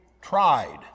tried